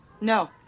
no